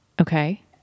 Okay